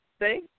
See